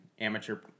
amateur